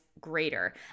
greater